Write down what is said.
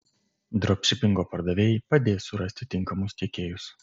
dropšipingo pardavėjai padės surasti tinkamus tiekėjus